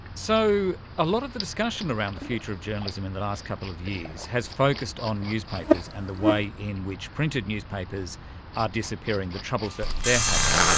so a lot of the discussion around the future of journalism in the last couple of years has focused on newspapers and the way in which printed newspapers are disappearing, the troubles that they are having.